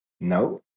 No